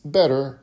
better